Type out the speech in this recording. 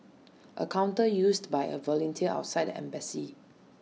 A counter used by A volunteer outside the embassy